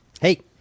Hey